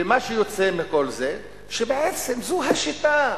ומה שיוצא מכל זה שבעצם זו השיטה.